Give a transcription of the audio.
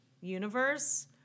universe